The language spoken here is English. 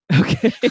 okay